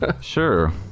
Sure